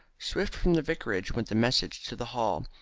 swift from the vicarage went the message to the hall,